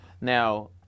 Now